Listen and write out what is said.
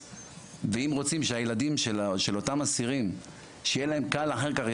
אם רוצים שהילדים של אותם אסירים יהיה להם קל אחר כך,